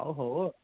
ओ हो